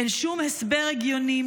אין שום הסבר הגיוני,